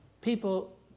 People